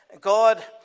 God